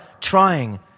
trying